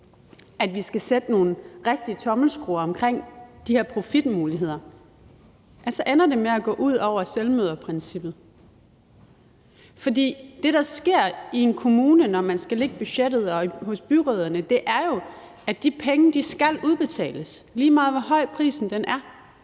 at vi skal sætte nogle rigtige tommelskruer omkring de her profitmuligheder, så ender det med at gå ud over selvmøderprincippet. For det, der sker i en kommune og hos byrødderne, når man skal lægge budgettet, er jo, at de penge skal udbetales, lige meget hvor høj prisen er,